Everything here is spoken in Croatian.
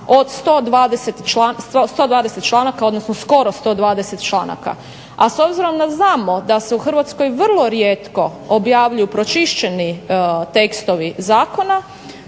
od 120 članaka, odnosno skoro 120 članaka. A s obzirom da znamo da se u Hrvatskoj vrlo rijetko objavljuju pročišćeni tekstovi zakona